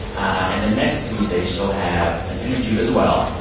and the next tuesday, she'll have an interview, as well,